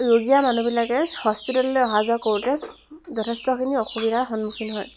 ৰোগীয়া মানুহবিলাকে হস্পিতেললৈ অহা যোৱা কৰোঁতে যথেষ্টখিনি অসুবিধাৰ সন্মুখীন হয়